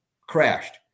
crashed